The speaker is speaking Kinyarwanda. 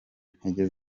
intege